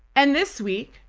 and this week,